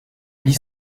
lee